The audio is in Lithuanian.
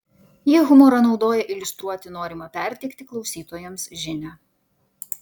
jie humorą naudoja iliustruoti norimą perteikti klausytojams žinią